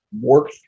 work